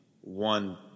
one